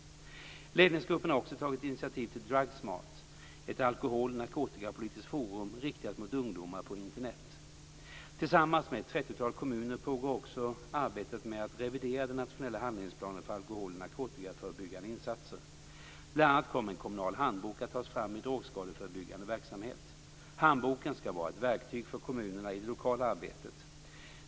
Ledningsgruppen har också tagit initiativ till 30-tal kommuner pågår också arbetet med att revidera den nationella handlingsplanen för alkohol och narkotikaförebyggande insatser. Bl.a. kommer en kommunal handbok att tas fram i drogskadeförebyggande verksamhet. Handboken skall vara ett verktyg för kommunerna i det lokala arbetet.